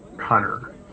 hunter